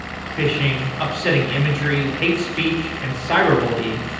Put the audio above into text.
fishing, upsetting imagery, hate speech and cyber bullying,